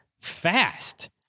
fast